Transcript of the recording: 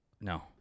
no